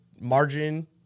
margin